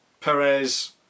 Perez